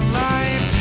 life